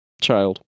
child